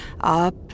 up